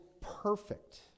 perfect